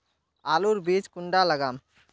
आलूर बीज कुंडा लगाम?